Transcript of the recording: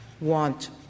want